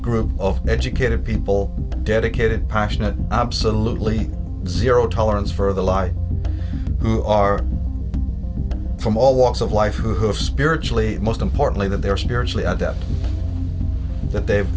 group of educated people dedicated passionate absolutely zero tolerance for the light who are from all walks of life who have spiritually most importantly that they are spiritually adept that they've